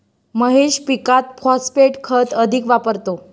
महेश पीकात फॉस्फेट खत अधिक वापरतो